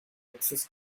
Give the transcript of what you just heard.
access